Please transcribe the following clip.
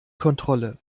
kontrolle